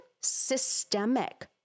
systemic